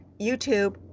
YouTube